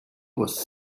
was